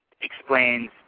explains